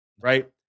right